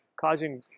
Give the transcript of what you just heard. causing